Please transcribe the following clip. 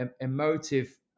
emotive